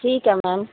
ਠੀਕ ਹੈ ਮੈਮ